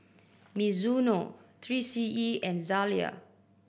Mizuno Three C E and Zalia